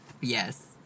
Yes